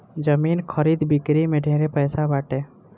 जमीन खरीद बिक्री में ढेरे पैसा बाटे